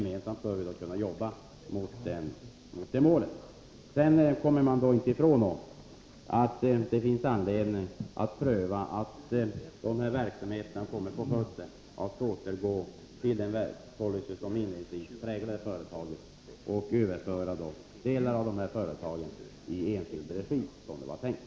Vi bör kunna jobba gemensamt mot det målet. Sedan kommer man inte ifrån att det finns anledning att pröva, om de här verksamheterna kommer på fötter, att återgå till den policy som inledningsvis präglade företaget och överföra delar i enskild regi, som det var tänkt.